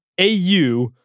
au